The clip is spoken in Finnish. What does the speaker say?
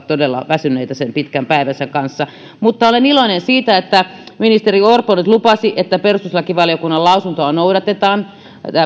todella väsyneitä sen pitkän päivänsä kanssa mutta olen iloinen siitä että ministeri orpo nyt lupasi että perustuslakivaliokunnan lausuntoa noudatetaan